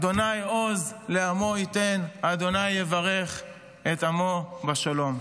השם עוז לעמו ייתן, השם יברך את עמו בשלום.